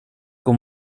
god